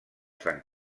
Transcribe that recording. sant